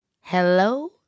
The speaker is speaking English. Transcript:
hello